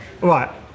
right